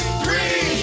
three